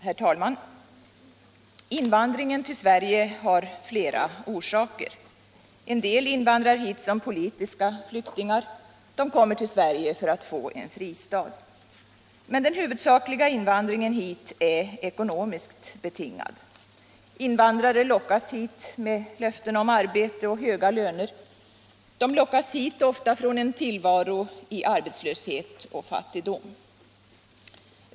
Herr talman! Invandringen till Sverige har flera orsaker. En del invandrar hit som politiska flyktingar. De kommer till Sverige för att få en fristad. Men den huvudsakliga invandringen hit är ekonomiskt betingad. Invandrare lockas hit med löften om arbete och höga löner. De lockas hit ofta från en tillvaro i arbetslöshet och fattigdom.